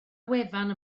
wefan